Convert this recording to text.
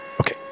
Okay